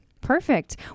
Perfect